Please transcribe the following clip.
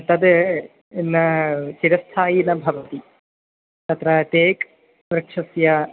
तद् न चिरस्थायि न भवति तत्र तेक् वृक्षस्य